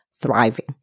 thriving